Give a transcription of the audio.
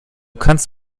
kannst